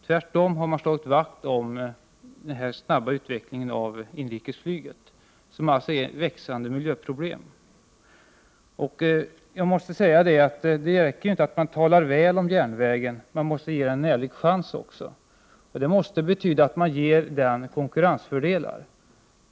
Tvärtom har man slagit vakt om den snabba utvecklingen av inrikesflyget, som är ett växande miljöproblem. Det räcker inte att tala väl om järnvägen, utan man måste också ge den en ärlig chans. Det i sin tur måste betyda att man ger järnvägen konkurrensfördelar.